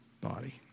body